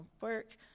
work